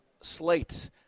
slate